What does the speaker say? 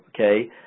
okay